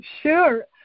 sure